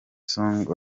song